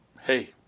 Hey